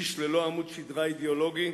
איש ללא עמוד שדרה אידיאולוגי,